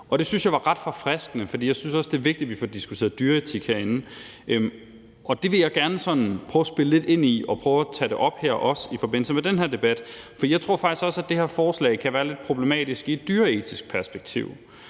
det syntes jeg var ret forfriskende, for jeg synes også, det er vigtigt, at vi får diskuteret dyreetik herinde. Det vil jeg gerne prøve at spille lidt ind i og prøve at tage op her i forbindelse med den her debat. For jeg tror faktisk også, at det her forslag kan være lidt problematisk i et dyreetisk perspektiv.